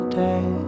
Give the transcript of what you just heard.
day